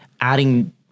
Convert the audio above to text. adding